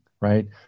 right